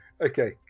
Okay